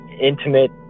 intimate